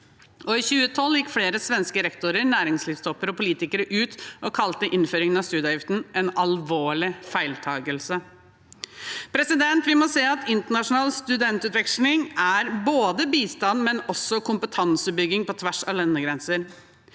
I 2012 gikk flere svenske rektorer, næringslivstopper og politikere ut og kalte innføringen av studieavgiften for en alvorlig feiltakelse. Vi må se at internasjonal studentutveksling er både bistand og kompetansebygging på tvers av landegrenser.